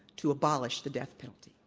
to abolish the death penalty.